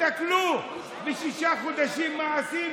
תסתכלו בשישה חודשים מה עשינו,